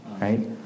right